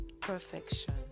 perfection